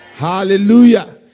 Hallelujah